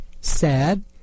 sad